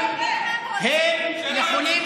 נכון,